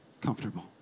comfortable